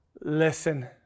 Listen